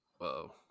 Whoa